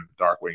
Darkwing